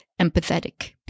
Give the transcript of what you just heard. empathetic